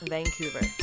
Vancouver